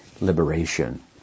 liberation